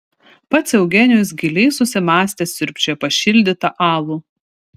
pats eugenijus giliai susimąstęs siurbčioja pašildytą alų